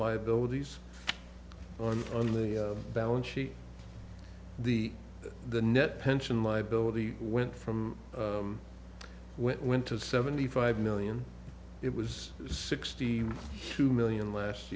liabilities on on the balance sheet the the net pension liability went from went went to seventy five million it was sixty two million last